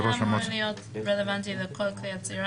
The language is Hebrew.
לפי הוראות ראש המועצה זה אמור להיות רלוונטי לכל כלי אצירה.